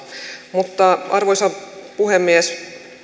mutta arvoisa puhemies